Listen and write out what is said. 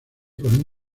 con